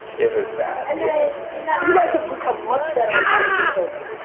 it was bad. you guys have become much better at cutting things open.